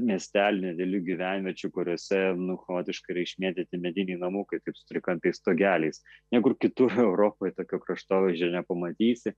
miestelių nedidelių gyvenviečių kuriose nu chaotiškai yra išmėtyti mediniai namukai kaip su trikampiais stogeliais niekur kitur europoj tokio kraštovaizdžio nepamatysi